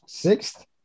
Sixth